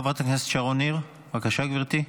חברת הכנסת שרון ניר, בבקשה, גברתי.